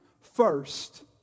first